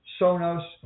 Sonos